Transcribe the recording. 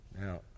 Now